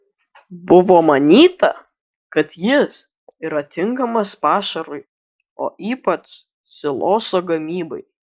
buvo manyta kad jis yra tinkamas pašarui o ypač siloso gamybai